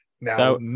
Now